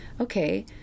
okay